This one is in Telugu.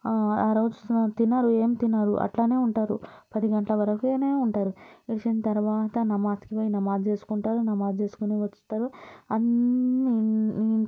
ఆరోజు తినరు ఏం తినరు అలా ఉంటారు పది గంటల వరకు ఉంటారు విడిచిన తర్వాత నమాజ్కి పోయి నమాజ్ చేసుకుంటారు నమాజ్ చేసుకొని వస్తారు అన్నీ